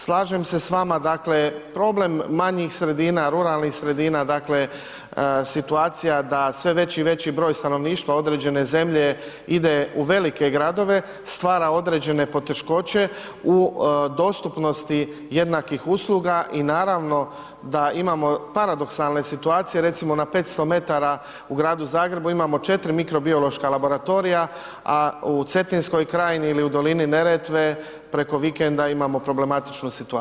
Slažem se s vama, dakle problem malih sredina, ruralnih sredina, dakle situacija da sve veći i veći broj stanovništva određene zemlje ide u velike gradove, stvara određene poteškoće u dostupnosti jednakih usluga i naravno, da imamo paradoksalne situacije, recimo, na 500 m u gradu Zagrebu imamo 4 mikrobiološka laboratorija, a u Cetinskoj krajini ili u dolini Neretve preko vikenda imamo problematičnu situaciju.